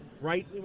right